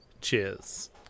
Cheers